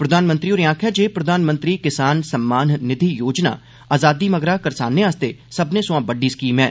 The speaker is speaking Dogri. प्रधानमंत्री होरें आक्खेआ जे 'प्रधानमंत्री किसान सम्मान निधि योजना' आज़ादी मगरा करसानें आस्तै सब्बनें सोयां बड्डी स्कीम ऐ